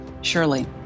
surely